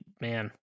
man